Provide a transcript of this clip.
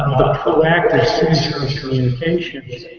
the proactive seizure of communications,